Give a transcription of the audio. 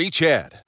Chad